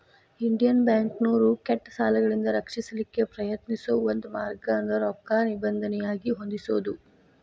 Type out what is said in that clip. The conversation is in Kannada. ಇಂಡಿಯನ್ ಬ್ಯಾಂಕ್ನೋರು ಕೆಟ್ಟ ಸಾಲಗಳಿಂದ ರಕ್ಷಿಸಲಿಕ್ಕೆ ಪ್ರಯತ್ನಿಸೋ ಒಂದ ಮಾರ್ಗ ಅಂದ್ರ ರೊಕ್ಕಾ ನಿಬಂಧನೆಯಾಗಿ ಹೊಂದಿಸೊದು